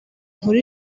nkuru